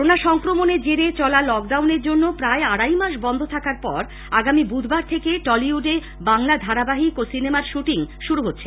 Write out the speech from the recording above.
corona সংক্রমণের জেরে চলা লকডাউন এর জন্য প্রায় আড়াই মাস বন্ধ থাকার পরে আগামী বুধবার থেকে টলিউডে বাংলা ধারাবাহিক এবং সিনেমার শুটিং শুরু হতে চলেছে